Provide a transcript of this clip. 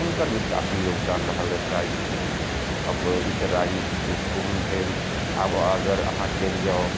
हुनकर भी काफी योगदान रहल रहैथ राजनीतिकमे अब ई तऽ राजनीतिक पृष्ठभूमि भेल आब अगर अहाँ चलि जाउ